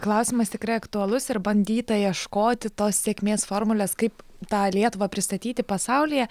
klausimas tikrai aktualus ir bandyta ieškoti tos sėkmės formulės kaip tą lietuvą pristatyti pasaulyje